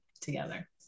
together